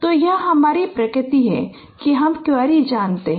तो यह हमारी प्रकृति है कि हम क्वेरी जानते हैं